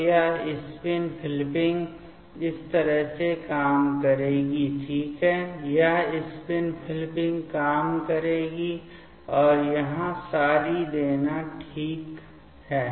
तो यह spin flipping इस तरह से काम करेगी ठीक है यह स्पिन फ़्लिपिंग काम करेगी और यहाँ सॉरी देना ठीक है